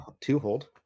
Two-hold